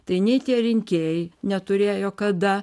tai nei tie rinkėjai neturėjo kada